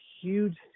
huge